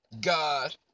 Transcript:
God